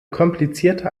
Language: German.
komplizierte